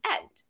end